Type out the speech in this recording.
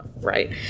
right